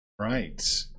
Right